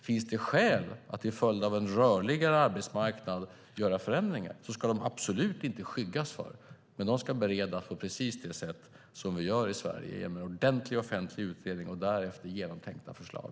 Finns det skäl att till följd av en rörligare arbetsmarknad göra förändringar ska det absolut inte skyggas för dem, men de ska beredas precis så som vi gör i Sverige - genom en ordentlig offentlig utredning och därefter genomtänkta förslag.